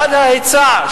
צד ההיצע,